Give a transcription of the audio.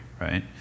right